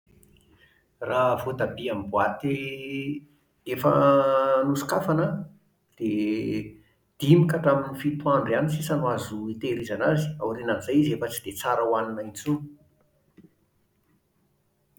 Raha voatabia amin'ny boaty efa nosokafana an, dia dimy ka hatramin'ny fito andro ihany sisa no azo itehirizana azy. Aorian'izay izy efa tsy dia tsara hohanina intsony.